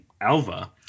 Alva